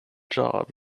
job